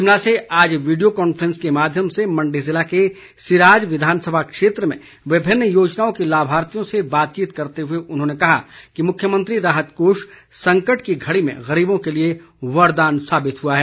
शिमला से आज video conference के माध्यम से मंडी जिले के सिराज विधानसभा क्षेत्र में विभिन्न योजनाओं के लाभार्थियों से बातचीत करते हुए उन्होंने कहा कि मुख्यमंत्री राहत कोष संकट की घड़ी में गरीबों के लिए वरदान साबित हुआ है